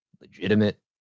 legitimate